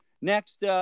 next